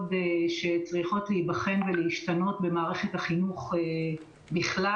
שצריכות להיבחן ולהשתנות במערכת החינוך בכלל.